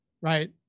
right